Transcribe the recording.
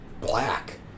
black